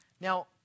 Now